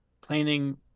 planning